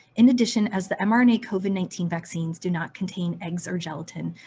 in addition, as the mrna covid nineteen vaccines do not contain eggs or gelatin,